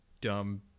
dumb